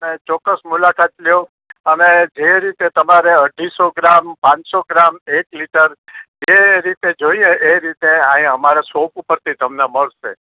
અને ચોક્કસ મુલાકાત લો તમે જે રીતે તમારે અઢીસો ગ્રામ પાંચસો ગ્રામ એક લિટર જે રીતે જોઈએ એ રીતે અહીં અમારે શોપ ઉપરથી તમને મળશે